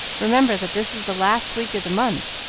remember that this is the last week of the month,